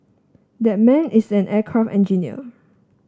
that man is an aircraft engineer